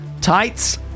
Tights